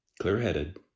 clear-headed